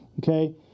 Okay